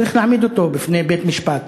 צריך להעמיד אותו בפני בית-משפט,